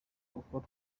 uko